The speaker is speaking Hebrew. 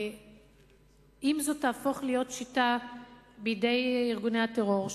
אם זו תהפוך להיות שיטה בידי ארגוני הטרור,